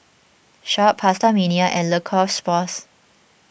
Sharp PastaMania and Le Coq Sportif